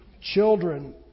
children